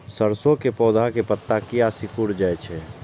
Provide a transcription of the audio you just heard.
सरसों के पौधा के पत्ता किया सिकुड़ जाय छे?